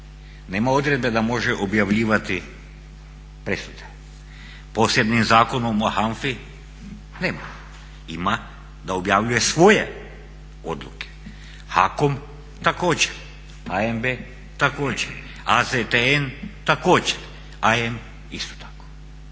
Nema odredbe da može objavljivati presude. Posebnim Zakonom o HANFA-i nema, ima da objavljuje svoje odluke, HAKOM također, HNB također, AZTN također, AM isto tako.